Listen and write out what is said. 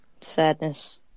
sadness